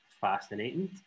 fascinating